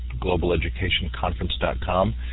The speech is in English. globaleducationconference.com